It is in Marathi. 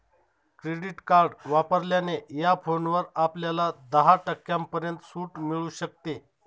क्रेडिट कार्ड वापरल्याने या फोनवर आपल्याला दहा टक्क्यांपर्यंत सूट मिळू शकते